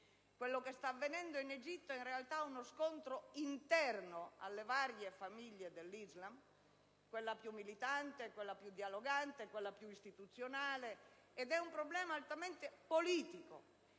Quello che sta avvenendo in Egitto è in realtà uno scontro interno alle varie famiglie dell'Islam - quella più militante, quella più dialogante e quella più istituzionale - ed è un problema altamente politico: